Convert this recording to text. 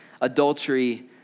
adultery